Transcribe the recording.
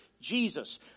Jesus